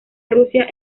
rusia